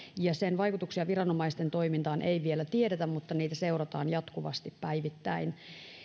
ja sen vaikutuksia viranomaisten toimintaan ei vielä tiedetä mutta niitä seurataan jatkuvasti päivittäin